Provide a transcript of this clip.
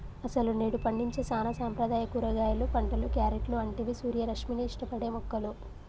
అసలు నేడు పండించే సానా సాంప్రదాయ కూరగాయలు పంటలు, క్యారెట్లు అంటివి సూర్యరశ్మిని ఇష్టపడే మొక్కలు